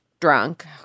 drunk